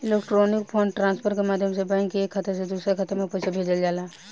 electronic fund transfer के माध्यम से बैंक के एक खाता से दूसरा खाता में पईसा भेजल जाला